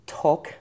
talk